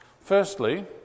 Firstly